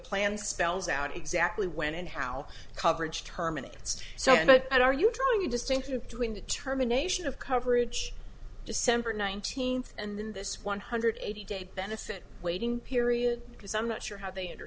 plan spells out exactly when and how coverage terminates so what are you trying to distinction between determination of coverage december nineteenth and then this one hundred eighty day benefit waiting period because i'm not sure how they inter